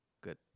good